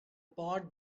pot